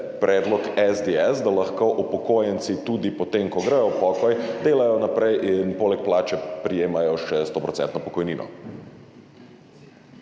predlog SDS, da lahko upokojenci tudi po tem, ko gredo v pokoj, delajo naprej in poleg plače prejemajo še stoprocentno